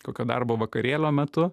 kokio darbo vakarėlio metu